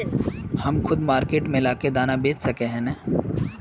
हम खुद मार्केट में ला के दाना बेच सके है नय?